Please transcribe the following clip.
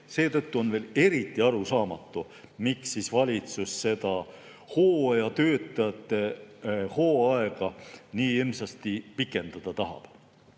Seetõttu on veel eriti arusaamatu, miks valitsus seda hooajatöötajate hooaega nii hirmsasti pikendada tahab.